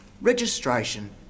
registration